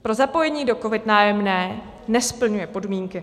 Pro zapojení do COVID Nájemné nesplňuje podmínky.